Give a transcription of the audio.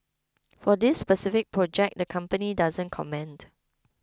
for this specific project the company doesn't comment